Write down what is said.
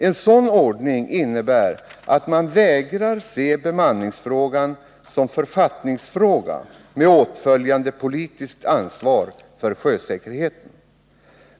En sådan ordning innebär att man vägrar se bemanningsfrågan som författningsfråga med åtföljande politiskt ansvar för sjösäkerheten.